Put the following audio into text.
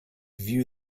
view